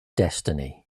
destiny